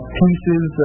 pieces